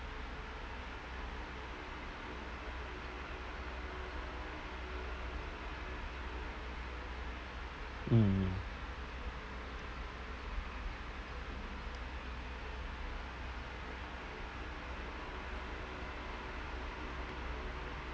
mm